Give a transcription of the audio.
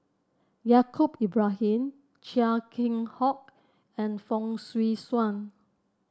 Yaacob Lbrahim Chia Keng Hock and Fong Swee Suan